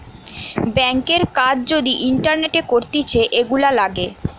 ব্যাংকের কাজ যদি ইন্টারনেটে করতিছে, এগুলা লাগে